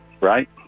right